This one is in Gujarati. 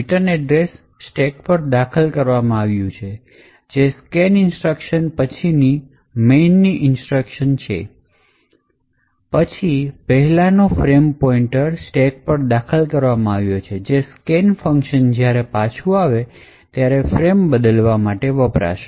રિટર્ન એડ્રેસ સ્ટેક પર દાખલ કરવામાં આવ્યું છે કે જે scan ઇન્સ્ટ્રક્શન પછીની main ની ઇન્સ્ટ્રક્શન છે પછી પહેલા નો ફ્રેમ પોઇન્ટર stake પર દાખલ કરવામાં આવ્યો છે કે જે સ્કેન ફંકશન જ્યારે પાછું આવે ત્યારે ફ્રેમ બદલવા માટે વપરાશે